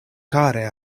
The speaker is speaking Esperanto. kare